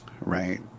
Right